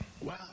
wow